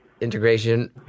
integration